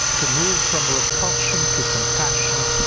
to move from repulsion to compassion,